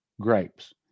grapes